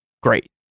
great